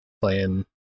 Playing